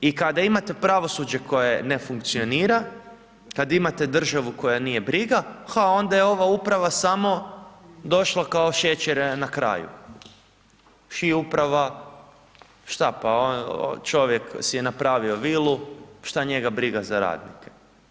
I kada imate pravosuđe koje ne funkcionira, kada imate državu koju nije briga, ha onda je ova uprava samo došla kao šećer na kraju, ... uprava, šta pa čovjek si je napravio vilu, šta njega briga za radnike.